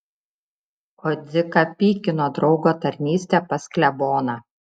o dziką pykino draugo tarnystė pas kleboną